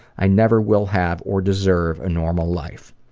i never will have, or deserve a normal life.